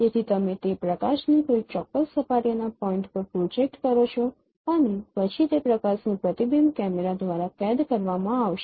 તેથી તમે તે પ્રકાશને કોઈ ચોક્કસ સપાટીના પોઈન્ટ પર પ્રોજેક્ટ કરો છો અને પછી તે પ્રકાશનું પ્રતિબિંબ કેમેરા દ્વારા કેદ કરવામાં આવશે